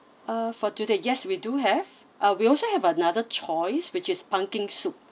uh for today yes we do have uh we also have another choice which is pumpkin soup